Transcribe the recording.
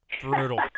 Brutal